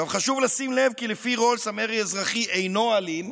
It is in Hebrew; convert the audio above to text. חשוב לשים לב כי לפי רולס המרי האזרחי אינו אלים.